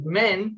men